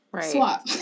swap